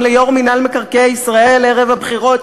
ליושב-ראש מינהל מקרקעי ישראל ערב הבחירות,